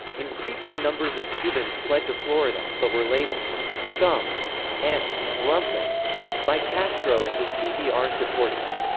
increasing numbers of cubans fled to florida, but were labelled scum and lumpen by castro and his cdr supporters.